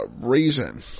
reason